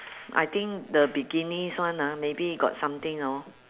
I think the bikinis one ah maybe got something hor